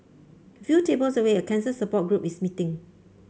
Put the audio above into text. a few tables away a cancer support group is meeting